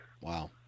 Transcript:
Wow